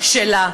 שלה.